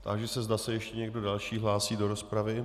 Táži se, zda se ještě někdo další hlásí do rozpravy.